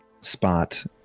spot